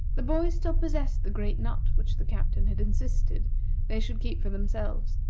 the boys still possessed the great nut which the captain had insisted they should keep for themselves,